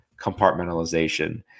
compartmentalization